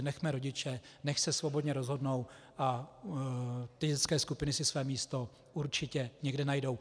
Nechme rodiče, nechť se svobodně rozhodnou, a ty dětské skupiny si své místo určitě někde najdou.